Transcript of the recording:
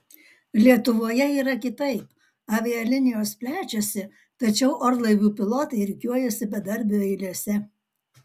lietuvoje yra kitaip avialinijos plečiasi tačiau orlaivių pilotai rikiuojasi bedarbių eilėse